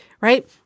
right